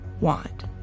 want